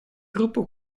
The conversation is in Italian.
gruppo